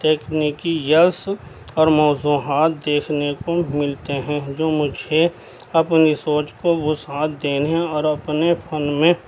تیکنیکی یس اور موضوعات دیکھنے کو ملتے ہیں جو مجھے اپنی سوچ کو وسعت دینے اور اپنے فن میں